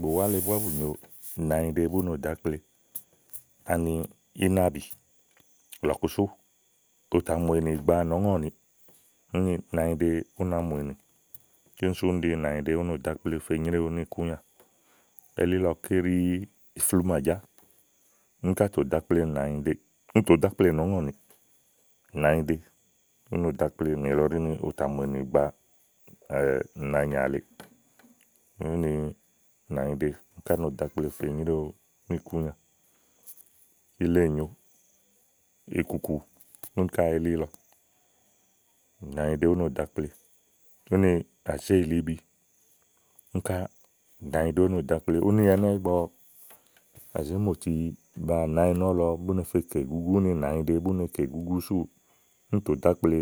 Bùwá le búá bù nyo nànyiɖe bú no ɖò ákple ani ínàbì lɔ̀ku sú, ù mù ènì gbàa nɔ̀ɔ́ŋɔniì. úni nànyiɖe ú na mù ènì. kíni sú úni ɖi nànyiɖe ú no ɖò ákple fe nyréwu níìkúnyà. Elílɔké ɖí ìflúmàjá úni ká toò ɖò akple nànyiɖeè, úni tò ɖò ákple nɔ̀ɔ́ŋɔ̀niì nànyiɖe úno ɖò ákple nìlɔ ɖì ni ù tà mù ènì gbàa nàanyà lèeè úni nànyiɖe ú no ɖò ákple fe nyréwu níìkúnyà. kile nyòo, ìkùkù, úni ká nànyiɖe ú no ɖò ákple úni àzéìtíbi, úni ká nányiɖe nɔ̀lɔ ú ne fe kè ígúgu ígbɔ nànyiɖe bú ne kè ìgúgú súù, ù tò dò akple